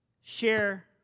share